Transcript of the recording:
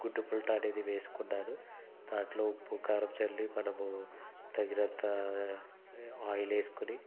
గుడ్డు పుల్టా అనేది వేసుకున్నాను దాంట్లో ఉప్పు కారం చల్లి మనము తగినంత ఆయిల్ వేసుకొని